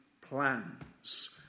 plans